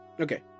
Okay